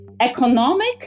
Economic